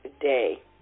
day